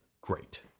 great